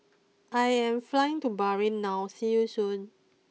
I am flying to Bahrain now see you Soon